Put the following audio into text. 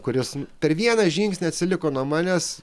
kuris per vieną žingsnį atsiliko nuo manęs